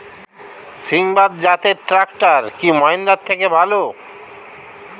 সিণবাদ জাতের ট্রাকটার কি মহিন্দ্রার থেকে ভালো?